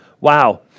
Wow